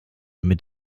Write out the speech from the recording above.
mit